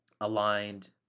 aligned